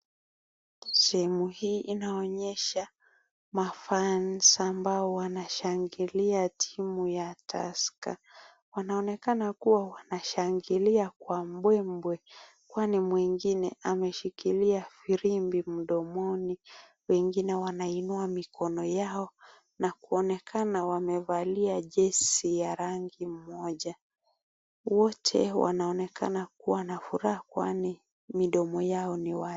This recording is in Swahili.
Sehemu hii inaonyesha ma fans ambao wanashangilia timu ya Tusker .Wanaonekana kuwa wanashangilia kwa mbwembwe kwani mwingine ameshikilia firimbi mdomoni wengine wanainua mikono yao na kuonekana wamevalia jezi ya rangi moja. Wote wanaonekana kuwa na furaha kwani midomo yao ni wazi.